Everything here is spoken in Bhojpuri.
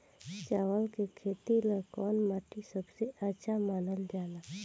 चावल के खेती ला कौन माटी सबसे अच्छा मानल जला?